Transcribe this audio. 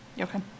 okay